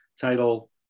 title